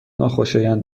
ناخوشایند